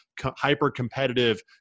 hyper-competitive